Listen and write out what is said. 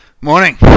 Morning